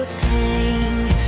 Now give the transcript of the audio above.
sing